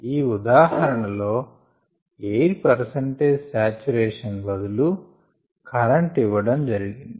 ఈ ఉదాహరణ లో ఎయిర్ పర్సెంటేజ్ సాచురేషన్ బదులు కరంటు ఇవ్వడం జరిగింది